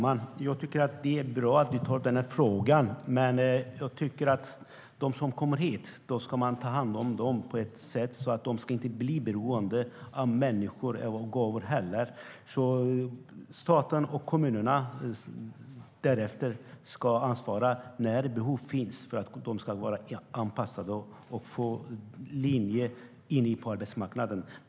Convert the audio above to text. Herr talman! Det är bra att du tar upp denna fråga, Roland Utbult. Vi ska ta hand om dem som kommer hit på ett sådant sätt att de inte blir beroende av människor och gåvor. Staten och kommunerna ska ansvara när behov finns för att de ska bli anpassade och få en linje in på arbetsmarknaden.